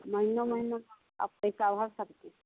महीनों महीनों आप पैसा भर सकती हैं